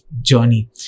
journey